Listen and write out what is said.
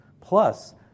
Plus